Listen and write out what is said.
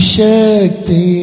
Shakti